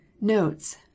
NOTES